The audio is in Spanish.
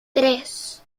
tres